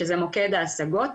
שזה מוקד ההשגות,